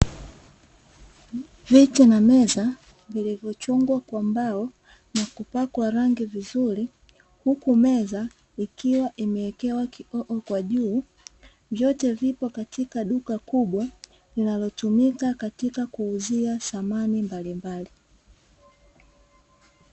Viti na meza vilivyochongwa kwa mbao na kupakwa rangi vizuri, huku meza ikiwa imekewa kioo kwa juu. Vyote vipo katika duka kubwa linalotumika katika kuuzia samani mbalimbali.